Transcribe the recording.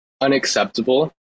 unacceptable